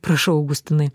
prašau augustinai